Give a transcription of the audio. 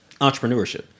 entrepreneurship